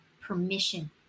permission